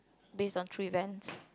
base on true events